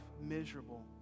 miserable